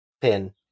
pin